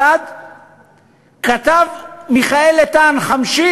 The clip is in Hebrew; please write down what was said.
שלאורך השנים שלוש דקות אצלם לא נמדדו ממש עם סטופר.